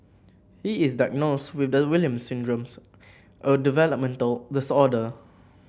he is diagnosed with the Williams Syndrome's a developmental disorder